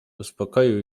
uspokoił